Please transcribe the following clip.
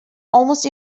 almost